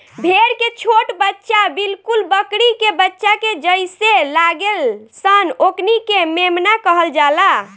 भेड़ के छोट बच्चा बिलकुल बकरी के बच्चा के जइसे लागेल सन ओकनी के मेमना कहल जाला